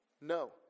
No